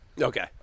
Okay